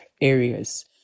areas